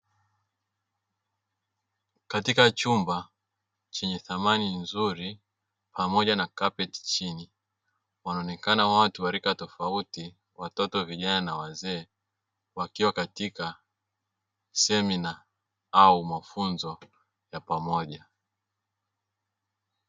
Katika chumba chenye samani nzuri pamoja na kapeti chini wanaonekana watu wa rika tofauti watoto, vijana na wazee wakiwa katika semina au mafunzo ya pamoja.